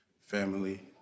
Family